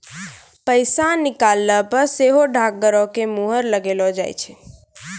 पैसा निकालला पे सेहो डाकघरो के मुहर लगैलो जाय छै